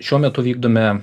šiuo metu vykdome